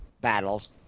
battles